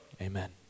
amen